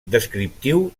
descriptiu